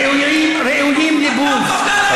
ראויים לבוז.